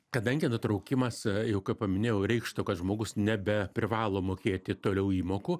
kadangi nutraukimas jau ką paminėjau reikštų kad žmogus nebe privalo mokėti toliau įmokų